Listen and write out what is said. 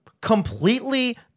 completely